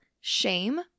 shame